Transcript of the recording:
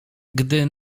gdy